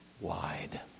wide